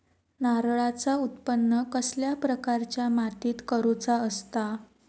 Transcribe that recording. नारळाचा उत्त्पन कसल्या प्रकारच्या मातीत करूचा असता?